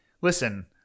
Listen